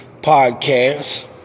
podcast